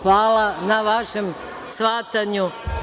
Hvala na vašem shvatanju.